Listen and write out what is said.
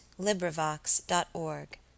LibriVox.org